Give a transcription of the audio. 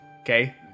okay